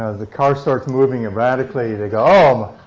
ah the car starts moving erratically. they go, oh, um